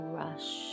rush